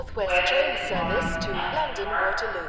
wedded in mind and in heart?